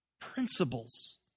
principles